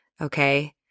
okay